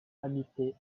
habité